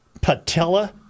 patella